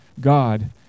God